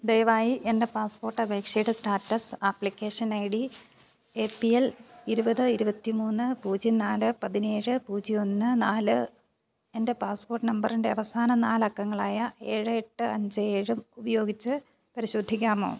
ദയവായി എൻ്റെ പാസ്പോർട്ട് അപേക്ഷയുടെ status application I D A P L ഇരുപത് ഇരുപത്തി മൂന്ന് പൂജ്യം നാല് പതിനേഴ് പൂജ്യം ഒന്ന് നാല് എൻ്റെ പാസ്പോർട്ട് നമ്പറിൻ്റെ അവസാന നാലക്കങ്ങളായ ഏഴ് എട്ട് അഞ്ച് ഏഴും ഉപയോഗിച്ച് പരിശോധിക്കാമോ